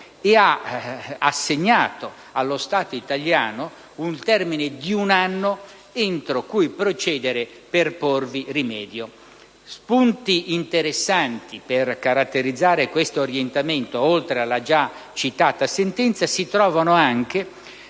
ed ha assegnato allo Stato italiano il termine di un anno entro cui procedere all'adozione di misure necessarie a porvi rimedio. Spunti interessanti per caratterizzare questo orientamento, oltre alla già citata sentenza, si trovano anche